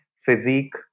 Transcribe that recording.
physique